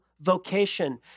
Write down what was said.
vocation